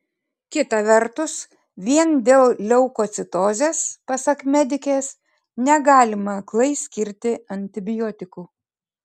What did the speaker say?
kita vertus vien dėl leukocitozės pasak medikės negalima aklai skirti antibiotikų